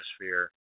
atmosphere